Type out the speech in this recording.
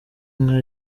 nka